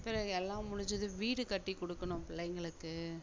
பிறகு எல்லாம் முடிஞ்சுது வீடு கட்டிக் கொடுக்கணும் பிள்ளைங்களுக்கு